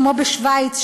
כמו בשווייץ,